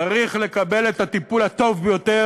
צריך לקבל את הטיפול הטוב ביותר.